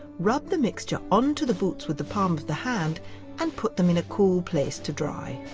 rub the mixture onto the boots with the palm of the hand and put them in a cool place to dry.